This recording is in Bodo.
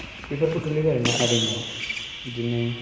बेफोरबो गोलैबाय आरो ना आरिमुआव बिदिनो